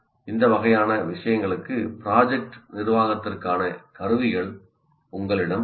இந்த வகையான விஷயங்களுக்கு ப்ராஜெக்ட் நிர்வாகத்திற்கான கருவிகள் உங்களிடம் உள்ளன